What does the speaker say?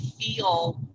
feel